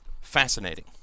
fascinating